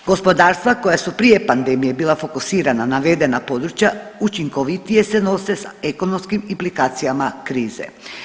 Gospodarstva koja su prije pandemije bila fokusirana na navedena područja učinkovitije se nose sa ekonomskim implikacijama krize.